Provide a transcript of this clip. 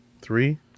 Three